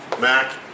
Mac